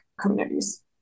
communities